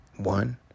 One